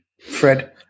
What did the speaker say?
Fred